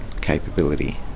capability